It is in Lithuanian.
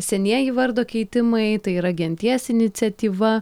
senieji vardo keitimai tai yra genties iniciatyva